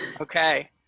okay